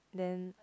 then